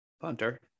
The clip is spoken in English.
Punter